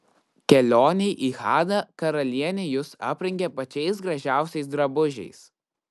kelionei į hadą karalienė jus aprengė pačiais gražiausiais drabužiais